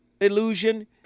illusion